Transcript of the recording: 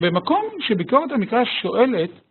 במקום שביקורת המקרא שואלת